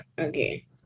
Okay